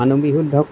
মানুহ বিহুত ধৰক